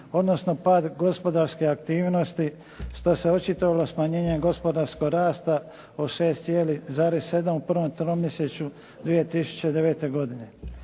odnosno pad gospodarske aktivnosti što se očitovalo smanjenjem gospodarskog rasta od 6,7 u prvom tromjesečju 2009. godine.